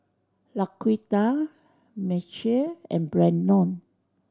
Laquita Mechelle and Brannon